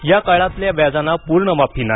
या काळातल्या व्याजांना पूर्ण माफी नाही